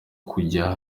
kujya